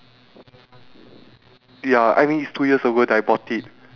ya this one is better I think so like the